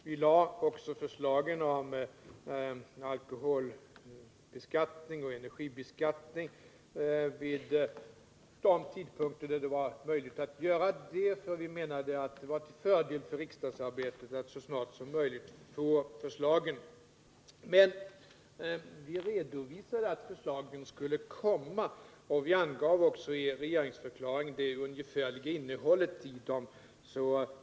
Vi lade också fram förslagen om alkoholbeskattningen och energibeskattningen vid de tidpunkter då det var möjligt att göra det, eftersom vi menade att det var till fördel för riksdagsarbetet att riksdagen fick förslagen så snart det var möjligt. Men vi redovisade att förslagen skulle läggas fram, och vi angav också i regeringsförklaringen det ungefärliga innehållet i dem.